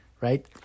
right